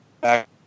back